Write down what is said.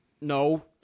no